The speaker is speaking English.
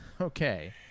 Okay